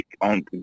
on